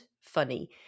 funny